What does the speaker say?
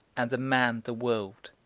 and the man the world.